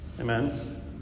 Amen